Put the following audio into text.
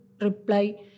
reply